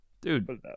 Dude